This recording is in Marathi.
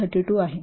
32 आहे